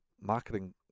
Marketing